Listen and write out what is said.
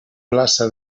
plaça